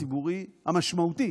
הציבורי המשמעותי